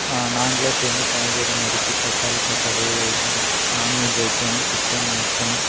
நாங்களே சேர்ந்து காய்கறி நறுக்கி தக்காளி சாப்பாடு நா நாண்வெஜ் ஐட்டம் சிக்கன் மட்டன்